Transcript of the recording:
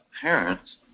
parents